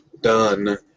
done